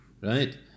right